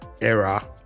era